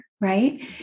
right